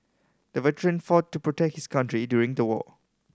the veteran fought to protect his country during the war